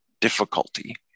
difficulty